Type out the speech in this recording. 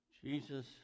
Jesus